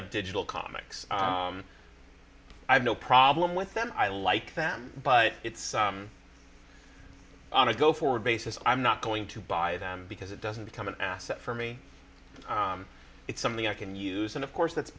of digital comics i have no problem with them i like them but it's on a go forward basis i'm not going to buy them because it doesn't become an asset for me it's something i can use and of course that